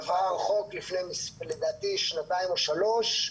עבר חוק לפני לדעתי שנתיים או שלוש,